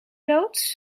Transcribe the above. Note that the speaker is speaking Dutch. loods